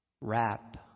wrap